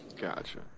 Gotcha